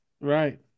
Right